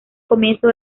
comienzo